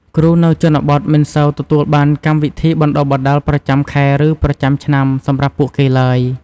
គ្រូនៅជនបទមិនសូវទទួលបានកម្មវិធីបណ្តុះបណ្តាលប្រចាំខែ ឬប្រចាំឆ្នាំ សម្រាប់ពួកគេឡើយ។